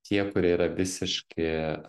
tie kurie yra visiški